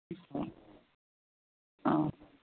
ꯑꯣ ꯑꯧ